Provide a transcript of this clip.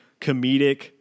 comedic